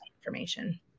information